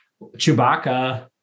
Chewbacca